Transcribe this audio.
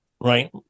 right